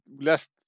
left